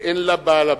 ואין לה בעל-בית.